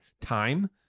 time